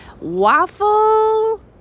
waffle